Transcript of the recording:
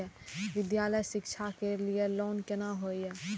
विद्यालय शिक्षा के लिय लोन केना होय ये?